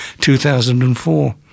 2004